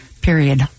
period